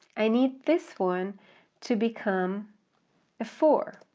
i need this one to become a four,